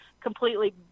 completely